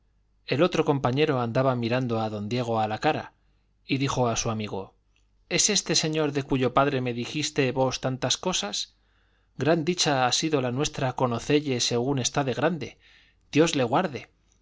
el otro compañero andaba mirando a don diego a la cara y dijo a su amigo es este señor de cuyo padre me dijistes vos tantas cosas gran dicha ha sido nuestra conocelle según está de grande dios le guarde